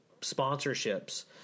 sponsorships